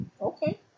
Okay